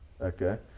Okay